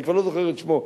אני כבר לא זוכר את שמו,